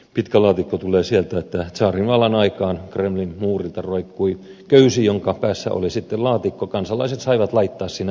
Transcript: pitkä laatikko tulee siitä että tsaarivallan aikaan kremlin muurilta roikkui köysi jonka päässä oli laatikko ja kansalaiset saivat laittaa sinne aloitteita